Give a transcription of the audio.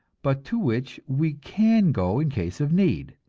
but to which we can go in case of need.